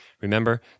remember